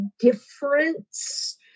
difference